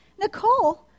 Nicole